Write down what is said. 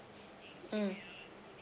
mm